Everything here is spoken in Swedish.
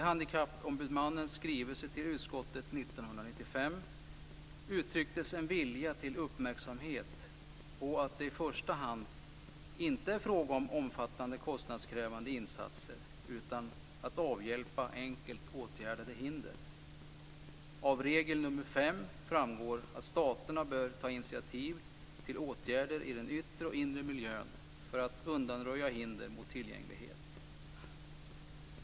Handikappombudsmannen ville i sin skrivelse till utskottet år 1995 fästa uppmärksamheten på att det inte i första hand är fråga om omfattande, kostnadskrävande insatser utan om att avhjälpa enkelt åtgärdade hinder. Av regel nr 5 framgår att staterna bör ta initiativ till åtgärder i den yttre och inre miljön för att undanröja hinder mot tillgänglighet.